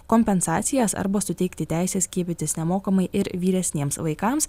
kompensacijas arba suteikti teisę skiepytis nemokamai ir vyresniems vaikams